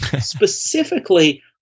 specifically